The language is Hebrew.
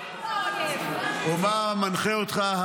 או מה מנחה אותך,